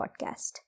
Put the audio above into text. podcast